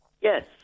Yes